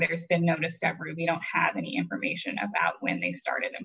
there's been no discovery of you don't have any information about when they started